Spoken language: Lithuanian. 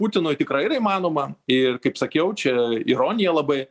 putinui tikrai yra įmanoma ir kaip sakiau čia ironija labai